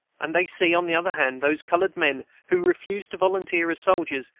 and they see, on the other hand, those colored men who refused to volunteer as soldiers,